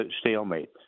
stalemate